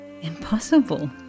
Impossible